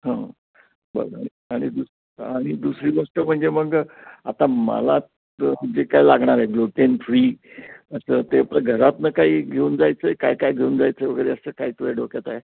हं बरं बरंआणि दुस आणि दुसरी गोष्ट म्हणजे मग आता मला तं जे काय लागणार आहे ग्लुटेन फ्री असं ते आपलं घरातून काही घेऊन जायचं आहे काय काय घेऊन जायचं आहे वगैरे असं काय तुझ्या डोक्यात आहे